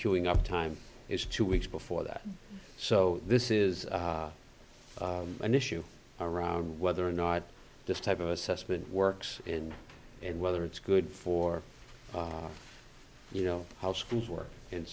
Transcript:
queuing up time is two weeks before that so this is an issue around whether or not this type of assessment works and and whether it's good for you know how schools work and